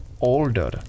older